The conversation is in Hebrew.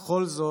בכל זאת,